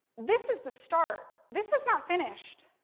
this is the start, this is not finished.